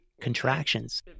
contractions